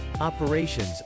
Operations